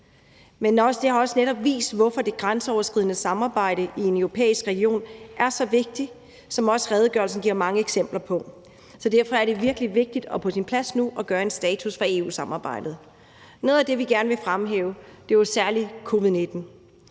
men det har netop også vist, hvorfor det grænseoverskridende samarbejde i en europæisk region er så vigtigt, som også redegørelsen giver mange eksempler på. Så derfor er det virkelig vigtigt og på sin plads nu at gøre status over EU-samarbejdet. Noget af det, vi gerne vil fremhæve, er jo særlig covid-19.